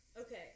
Okay